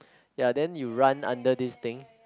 ya then you run under this thing